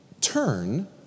Turn